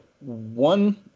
one